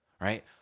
right